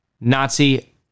Nazi